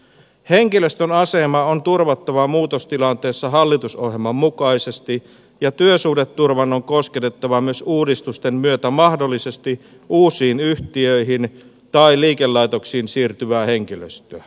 henkilöstön asema on turvattava muutostilanteessa hallitusohjelman mukaisesti ja työsuhdeturvan on kosketettava myös uudistusten myötä mahdollisesti uusiin yhtiöihin tai liikelaitoksiin siirtyvää henkilöstöä